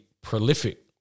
prolific